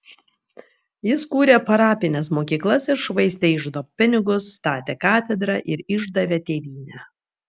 jis kūrė parapines mokyklas ir švaistė iždo pinigus statė katedrą ir išdavė tėvynę